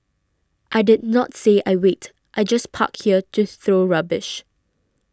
I did not say I wait I just park here to throw rubbish